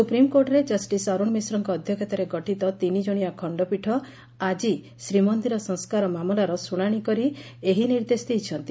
ସୁପ୍ରିମକୋର୍ଟରେ ଜଷିସ୍ ଅରୁଣ ମିଶ୍ରଙ୍କ ଅଧ୍ୟକ୍ଷତାରେ ଗଠିତ ତିନିଜଣିଆ ଖଣ୍ତପୀଠ ଆଜି ଶ୍ରୀମନ୍ଦିର ସଂସ୍କାର ମାମଲାର ଶୁଶାଶି କରି ଏହି ନିର୍ଦ୍ଦେଶ ଦେଇଛନ୍ତି